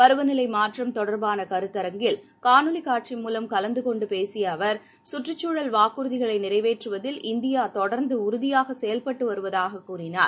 பருவநிலைமாற்றம் தொடர்பானகருத்தரங்கில் காணொளிகாட்சி மூலம் கலந்துகொண்டுபேசியஅவர் கற்றுச் சூழல் வாக்குறுதிகளைநிறைவேற்றுவதில் இந்தியாதொடர்ந்துஉறுதியாகசெயல்பட்டுவருவதாககூறினார்